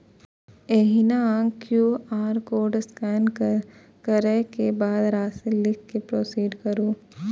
एहिना QR code scan करै के बाद राशि लिख कें प्रोसीड करू